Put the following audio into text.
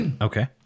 Okay